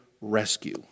rescue